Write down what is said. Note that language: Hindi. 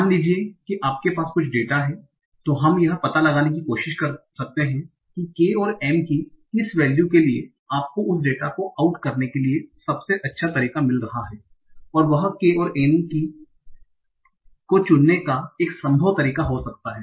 मान लीजिए कि आपके पास कुछ डेटा है तो हम यह पता लगाने की कोशिश कर सकते हैं कि K और M के किस वैल्यू के लिए आपको उस डेटा को आउट करने के लिए सबसे अच्छा तरीका मिल रहा है और वह K और M को चुनने का एक संभव तरीका हो सकता है